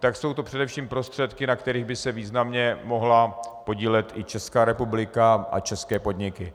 tak jsou to především prostředky, na kterých by se významně mohla podílet i Česká republika a české podniky.